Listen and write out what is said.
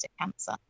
cancer